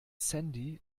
sandy